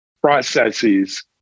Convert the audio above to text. processes